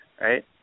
right